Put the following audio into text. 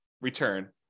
return